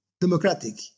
democratic